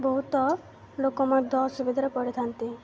ବହୁତ ଲୋକ ମଧ୍ୟ ଅସୁବିଧାରେ ପଡ଼ିଥାନ୍ତି